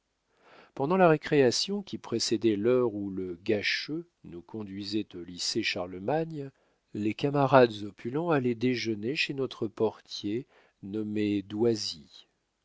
pendant la récréation qui précédait l'heure où le gâcheux nous conduisait au lycée charlemagne les camarades opulents allaient déjeuner chez notre portier nommé doisy